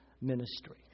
ministry